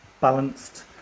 balanced